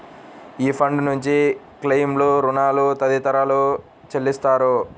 ఈ ఫండ్ నుంచి క్లెయిమ్లు, రుణాలు తదితరాలు చెల్లిస్తారు